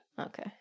Okay